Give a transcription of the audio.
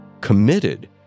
Committed